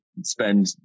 spend